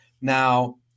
Now